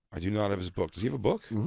i do not have his book. does he have a book?